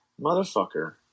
motherfucker